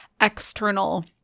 external